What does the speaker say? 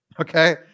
okay